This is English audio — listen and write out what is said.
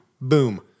Boom